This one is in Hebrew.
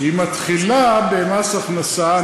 היא מתחילה במס הכנסה.